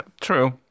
True